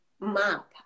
map